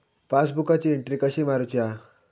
पासबुकाची एन्ट्री कशी मारुची हा?